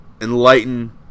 enlighten